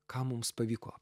ką mums pavyko